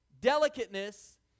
delicateness